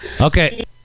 Okay